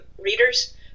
readers